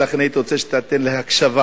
לכן הייתי רוצה שתיתן לי הקשבה.